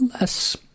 less